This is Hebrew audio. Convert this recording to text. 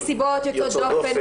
נסיבות יוצאות דופן,